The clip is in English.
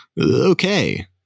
okay